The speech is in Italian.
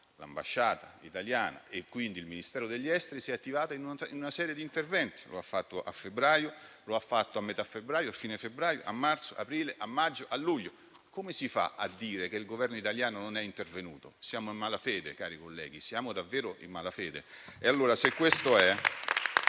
l'ambasciata italiana e quindi il Ministero degli Esteri, si sono attivati in una serie di interventi. Sono intervenuti a inizio febbraio, a metà febbraio, a fine febbraio, a marzo, ad aprile, a maggio, a luglio. Come si fa a dire che il Governo italiano non è intervenuto? Siamo in malafede, cari colleghi. Siamo davvero in malafede!